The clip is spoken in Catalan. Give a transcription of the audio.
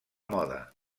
moda